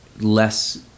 less